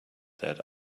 that